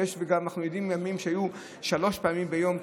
ואנחנו גם יודעים על ימים שהיו בהם תאונות שלוש פעמים ביום.